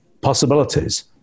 possibilities